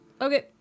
Okay